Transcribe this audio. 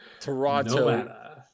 toronto